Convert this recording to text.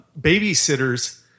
babysitters